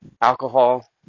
alcohol